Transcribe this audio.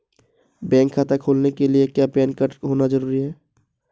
Bank खाता खोलने के लिए क्या पैन कार्ड का होना ज़रूरी है?